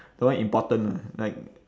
the one important lah like